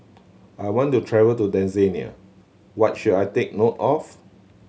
I want to travel to Tanzania what should I take note of